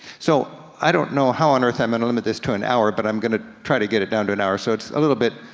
so, i don't know how on earth i'm gonna limit this to an hour, but i'm gonna try to get it down to an hour, so it's a little bit,